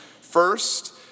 first